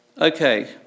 Okay